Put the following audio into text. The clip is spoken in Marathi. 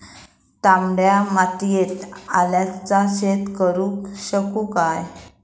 तामड्या मातयेत आल्याचा शेत करु शकतू काय?